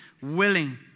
willing